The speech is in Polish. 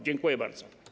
Dziękuję bardzo.